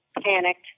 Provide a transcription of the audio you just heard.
panicked